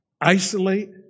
isolate